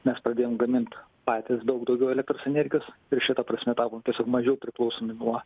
mes pradėjom gamint patys daug daugiau elektros energijos ir šita prasme tapom tiesiog mažiau priklausomi nuo